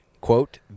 quote